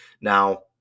Now